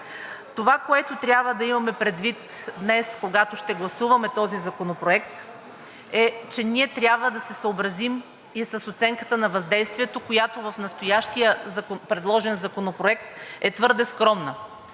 Това, което трябва да имаме предвид днес, когато ще гласуваме този законопроект, е, че ние трябва да се съобразим и с оценката на въздействието, която в настоящия предложен законопроект е твърде скромна.